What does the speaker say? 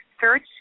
search